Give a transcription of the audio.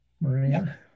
Maria